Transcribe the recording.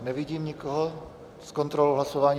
Nevidím nikoho s kontrolou hlasování.